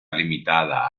limitada